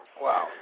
Wow